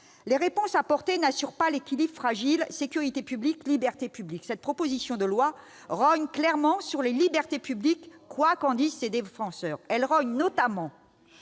les réponses apportées n'assurent pas l'équilibre fragile entre sécurité publique et libertés publiques. En effet, cette proposition de loi rogne clairement les libertés publiques, quoi qu'en disent ses défenseurs. Elle rogne notamment